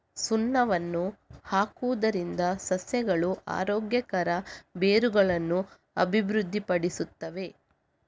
ಸುಣ್ಣವನ್ನು ಹಾಕುವುದರಿಂದ ಸಸ್ಯಗಳು ಆರೋಗ್ಯಕರ ಬೇರುಗಳನ್ನು ಅಭಿವೃದ್ಧಿಪಡಿಸುತ್ತವೆ